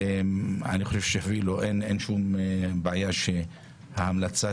אני חושב שאין שום בעיה שההמלצה